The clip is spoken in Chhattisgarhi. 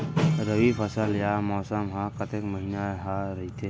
रबि फसल या मौसम हा कतेक महिना हा रहिथे?